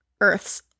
Earth's